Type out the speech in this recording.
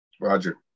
Roger